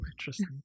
interesting